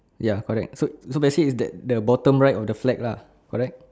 ya correct so so basic is that the bottom right of the flag lah correct